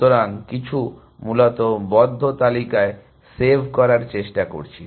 সুতরাং কিছু মূলত বদ্ধ তালিকায় সেভ করার চেষ্টা করছি